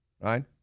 right